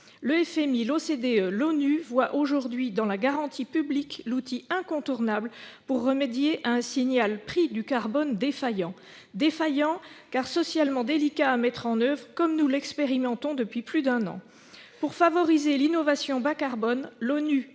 Le FMI, l'OCDE et l'ONU voient aujourd'hui dans la garantie publique l'outil incontournable pour remédier à un signal-prix du carbone défaillant- défaillant car socialement délicat à mettre en oeuvre, comme nous l'expérimentons depuis plus d'un an. Pour favoriser l'innovation bas-carbone, l'ONU